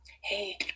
hey